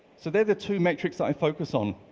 so they're the two metrics that i focus on,